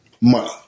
money